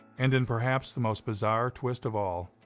and in perhaps the most bizarre twist of all,